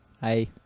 Hi